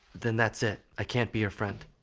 then that's it, i can't be your friend.